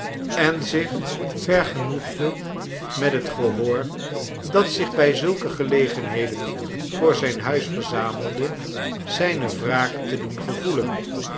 en zich vergenoegde met het gehoor dat zich bij zulke gelegenheden voor zijn huis verzamelde zijne wraak te doen gevoelen